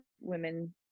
women